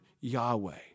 yahweh